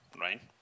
right